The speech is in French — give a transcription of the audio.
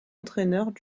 entraîneur